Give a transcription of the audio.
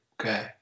Okay